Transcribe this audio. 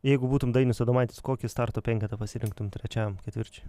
jeigu būtum dainius adomaitis kokį starto penketą pasirinktum trečiajam ketvirčiui